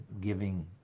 Giving